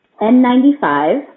N95